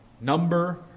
number